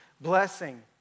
blessing